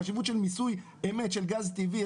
החשיבות של מיסוי אמת של גז טבעי,